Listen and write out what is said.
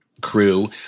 crew